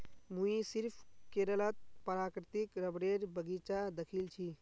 मुई सिर्फ केरलत प्राकृतिक रबरेर बगीचा दखिल छि